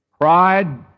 Pride